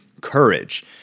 courage